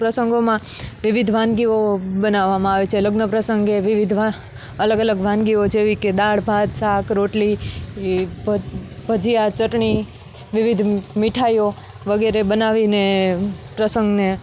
પ્રસંગોમાં વિવિધ વાનગીઓ બનાવવામાં આવે છે લગ્ન પ્રસંગે વિવિધમાં અલગ અલગ વાનગીઓ જેવી કે દાળ ભાત શાક રોટલી ભજીયા ચટણી વિવિધ મીઠાઈઓ વગેરે બનાવીને પ્રસંગને